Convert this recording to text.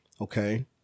okay